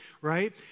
right